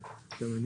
בבקשה.